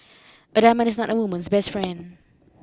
a diamond is not a woman's best friend